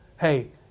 hey